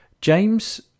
James